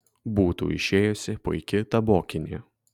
būtų išėjusi puiki tabokinė